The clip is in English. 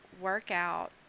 workout